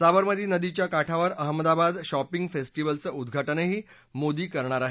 साबरमती नदी काठावर अहमदाबाद शॉपिंग फेस्टीवलचं उद्घाटनही मोदी करणार आहेत